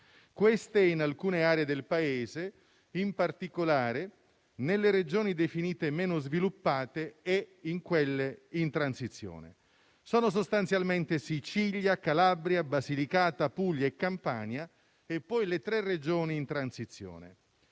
speciali in alcune aree del Paese, in particolare nelle Regioni definite meno sviluppate e in quelle in transizione. Si tratta sostanzialmente di Sicilia, Calabria, Basilicata, Puglia e Campania; ci sono poi le tre Regioni in transizione.